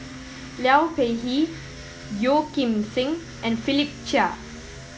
Liu Peihe Yeo Kim Seng and Philip Chia